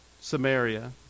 Samaria